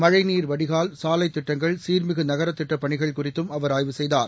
மழைநீர் வடிகால் சாலைத் திட்டங்கள் சீர்மிகு நகரத் திட்டப் பணிகள் குறித்தும் அவர் ஆய்வு செய்தார்